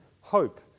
hope